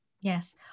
yes